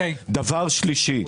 דבר שלישי,